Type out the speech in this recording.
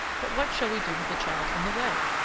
but what shall we do with the child on the way?